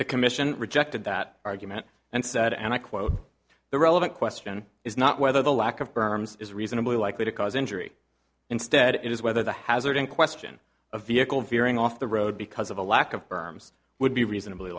commission rejected that argument and said and i quote the relevant question is not whether the lack of berms is reasonably likely to cause injury instead it is whether the hazard in question a vehicle veering off the road because of a lack of berms would be reasonably